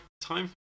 time